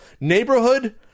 neighborhood